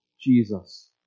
Jesus